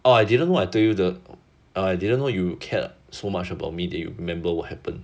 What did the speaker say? ah I didn't know I told you the err I didn't know you cared so much about me that you remember what happened